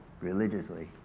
religiously